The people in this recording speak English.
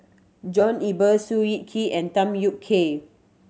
John Eber Seow Yit Kin and Tham Yui Kai